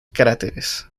cráteres